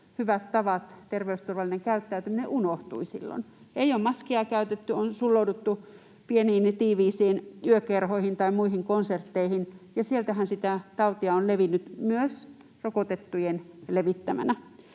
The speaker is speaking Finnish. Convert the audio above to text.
hyvät tavat, terveysturvallinen käyttäytyminen, unohtuivat silloin. Ei ole maskia käytetty, on sullouduttu pieniin, tiiviisiin yökerhoihin tai muihin konsertteihin, ja sieltähän sitä tautia on levinnyt — myös rokotettujen levittämänä.